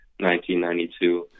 1992